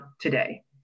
today